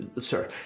sir